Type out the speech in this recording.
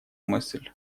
мысль